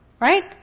Right